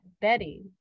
Betty